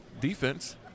defense